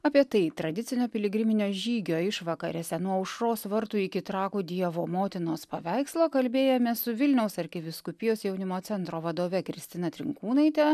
apie tai tradicinio piligriminio žygio išvakarėse nuo aušros vartų iki trakų dievo motinos paveikslo kalbėjomės su vilniaus arkivyskupijos jaunimo centro vadove kristina trinkūnaite